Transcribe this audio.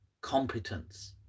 competence